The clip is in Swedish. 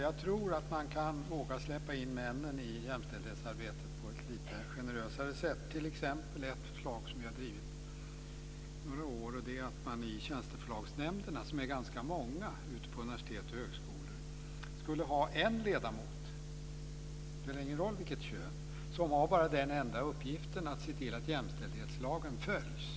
Jag tror att man kan våga släppa in männen i jämställdhetsarbetet på ett generösare sätt. Ett förslag vi har drivit i några år gäller att i tjänsteförslagsnämnderna - som är ganska många på universitet och högskolor - ha en ledamot, spelar ingen roll vilket kön, som har den enda uppgiften att se till att jämställdhetslagen följs.